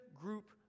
group